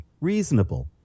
reasonable